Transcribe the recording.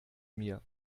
mir